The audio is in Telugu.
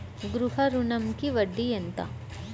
గృహ ఋణంకి వడ్డీ ఎంత?